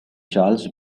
charles